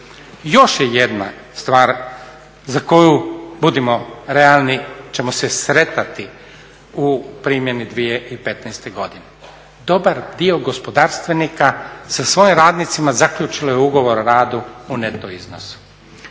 Još je jedna stvar za koju, budimo realni, ćemo se sretati u primjeni 2015. godine. Dobar dio gospodarstvenika sa svojim radnicima zaključilo je ugovor o radu u neto iznosu.